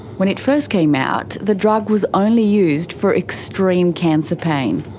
when it first came out, the drug was only used for extreme cancer pain.